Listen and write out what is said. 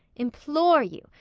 implore you,